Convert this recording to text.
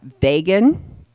vegan